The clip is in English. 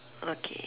okay